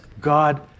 God